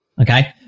Okay